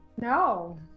No